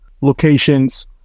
locations